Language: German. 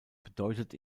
bedeutet